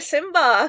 Simba